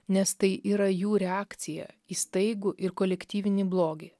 nes tai yra jų reakcija į staigų ir kolektyvinį blogį